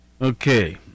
Okay